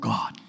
God